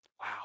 Wow